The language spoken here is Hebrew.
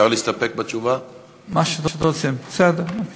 מה שאתם רוצים, בסדר, אוקיי.